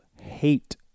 hate